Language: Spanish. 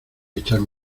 echarme